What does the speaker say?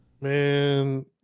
man